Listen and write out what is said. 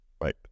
Right